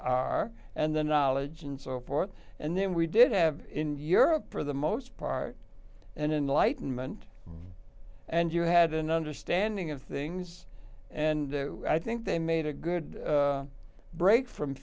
are and then knowledge and so forth and then we did have in europe for the most part and enlightenment and you had an understanding of things and i think they made a good break from